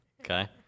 Okay